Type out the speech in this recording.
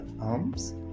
arms